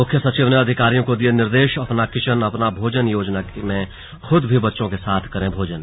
मुख्य सचिव ने अधिकारियों को दिये निर्देश अपना किचन अपना भोजन योजना में खुद भी बच्चों के साथ करें भोजन